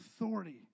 authority